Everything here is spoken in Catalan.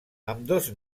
ambdós